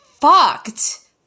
fucked